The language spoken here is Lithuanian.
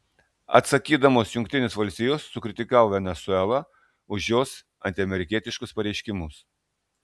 atsakydamos jungtinės valstijos sukritikavo venesuelą už jos antiamerikietiškus pareiškimus